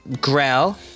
Grell